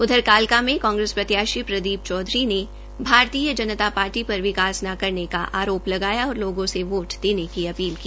उधर कालका में कांग्रेस प्रत्याशी प्रदीप चौधरी ने भारतीय जनता पार्टी पर विकास न करने का आरोप लगाया और लोगों से वोट देने की अपील की